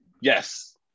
Yes